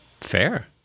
Fair